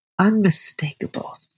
Unmistakable